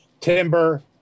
timber